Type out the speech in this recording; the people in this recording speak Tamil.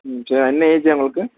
ம் சரி என்ன ஏஜ் உங்களுக்கு